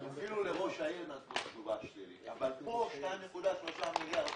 אפילו לראש העיר נתנו תשובה שלילית אבל כאן 2.3 מיליארד שקלים,